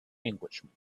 englishman